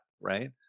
right